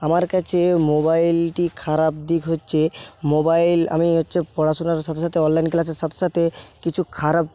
আমার কাছে মোবাইলটির খারাপ দিক হচ্ছে মোবাইল আমি হচ্ছে পড়াশোনার সাথে সাথে অনলাইন ক্লাসের সাথে সাথে কিছু খারাপ